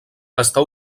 estar